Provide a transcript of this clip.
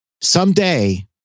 someday